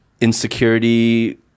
insecurity